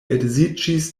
edziĝis